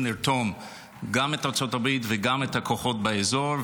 לרתום גם את ארצות הברית וגם את הכוחות באזור,